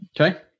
Okay